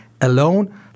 alone